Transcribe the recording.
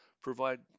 provide